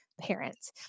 parents